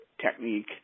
technique